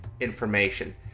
information